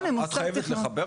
את חייבת לחבר אותם?